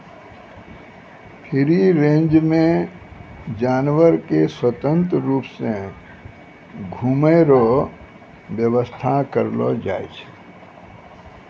free range मे जानवर के स्वतंत्र रुप से घुमै रो व्याबस्था करलो जाय छै